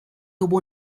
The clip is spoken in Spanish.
tuvo